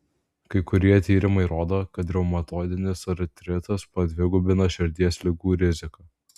kai kurie tyrimai rodo kad reumatoidinis artritas padvigubina širdies ligų riziką